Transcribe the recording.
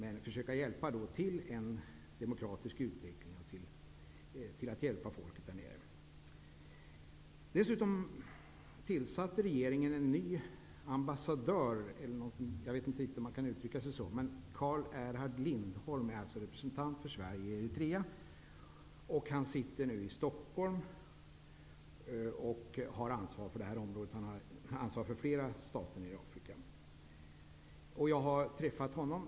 Man skulle försöka hjälpa landet till en demokratisk utveckling för att bistå folket där nere. Dessutom tillsatte regeringen en ny ambassadör -- jag är inte säker på om det går att uttrycka sig så. I alla fall är Carl-Erhard Lindahl Sveriges representant i Eritrea. Han sitter nu i Stockhom och har ansvar för det här området liksom för flera andra stater i Afrika. Jag har träffat honom.